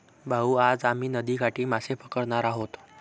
भाऊ, आज आम्ही नदीकाठी मासे पकडणार आहोत